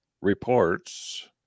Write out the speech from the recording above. reports